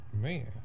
Man